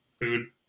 food